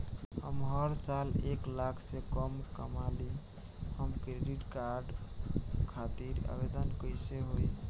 हम हर साल एक लाख से कम कमाली हम क्रेडिट कार्ड खातिर आवेदन कैसे होइ?